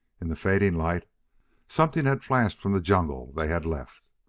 in the fading light something had flashed from the jungle they had left.